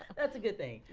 that's a good thing.